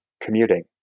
commuting